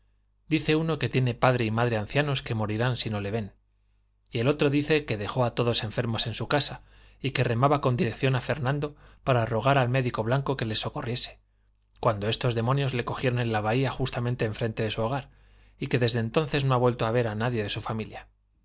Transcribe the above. dice uno que tiene padre y madre ancianos que morirán si no le ven y este otro dice que dejó a todos enfermos en su casa y que remaba con dirección a fernando para rogar al médico blanco que les socorriese cuando estos demonios le cogieron en la bahía justamente enfrente de su hogar y que desde entonces no ha vuelto a ver a nadie de su familia